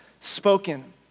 spoken